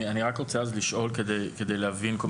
אני רוצה לשאול כדי להבין.